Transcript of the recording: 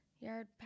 yard